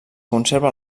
conserva